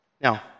Now